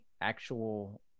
actual